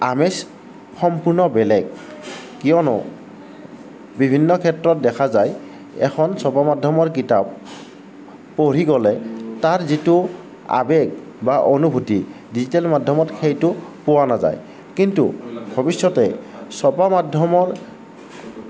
আমেজ সম্পূৰ্ণ বেলেগ কিয়নো বিভিন্ন ক্ষেত্ৰত দেখা যায় এখন ছপা মাধ্যমৰ কিতাপ পঢ়ি গ'লে তাৰ যিটো আৱেগ বা অনুভূতি ডিজিটেল মাধ্যমত সেইটো পোৱা নাযায় কিন্তু ভৱিষ্যতে ছপা মাধ্যমৰ